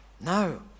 No